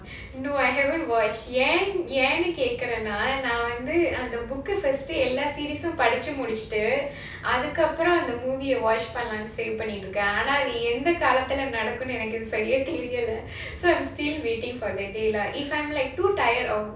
no I haven't watched ஏன்னு கேக்கிறேனா நா வந்து அந்த:yaennu kaekkiraena naa vandhu andha book first டு எல்லாம்:du ellaam series ம் படிச்சு முடிச்சிட்டு அதுக்கப்பறம் அந்த:um padichu mudichitu adhukkapparam andha the movie watch பண்ணலாம்:pannalaam save பண்ணி வச்சிருக்கேன் ஆனா அது எந்த காலத்துல நடக்கும்னு சரியாய் தெரியல:panni vachirukkaen aanaa adhu endha kalathula nadakumnu sariya theriyala so I'm still waiting for that day lah if like I'm too tired of